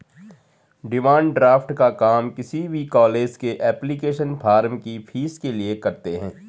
demand draft का काम किसी भी कॉलेज के एप्लीकेशन फॉर्म की फीस के लिए करते है